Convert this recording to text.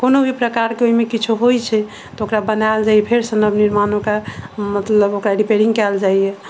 कोनो भी प्रकारके ओहिमे किछु होइत छै तऽ ओकरा बनायल जाइए फेरसँ नव निर्माण ओकरा मतलब ओकरा रिपेयरिङ्ग कयल जाइए